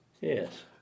Yes